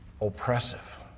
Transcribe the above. oppressive